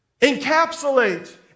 encapsulate